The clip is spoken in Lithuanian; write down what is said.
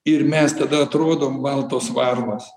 ir mes tada atrodom baltos varnos